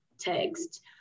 text